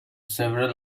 several